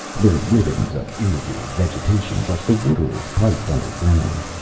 they're ribbons of irrigated vegetation. but the water is piped underground.